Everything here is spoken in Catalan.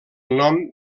nom